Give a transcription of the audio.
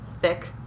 thick